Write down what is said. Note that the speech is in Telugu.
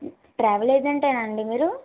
ట్రావెల్ ఏజెంటేనా అండి మీరు